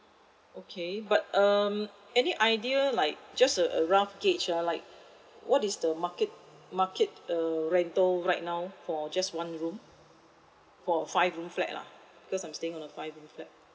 okay but um any idea like just a a rough gauge ah like what is the market market err rental right now for just one room for a five room flat lah because I'm staying in a five room flat